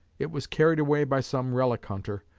it was carried away by some relic-hunter,